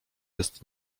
jest